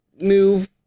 move